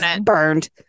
burned